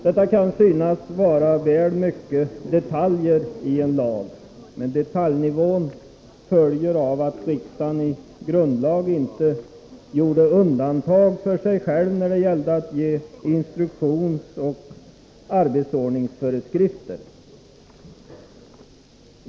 Detta kan synas vara väl mycket detaljer i en lag, men detaljnivån följer av att riksdagen i grundlag inte gjorde undantag för sig själv när det gäller att ge instruktionsoch arbetsordningsföreskrifter.